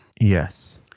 Yes